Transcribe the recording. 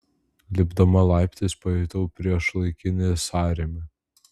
lipdama laiptais pajutau priešlaikinį sąrėmį